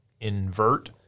invert